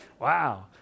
Wow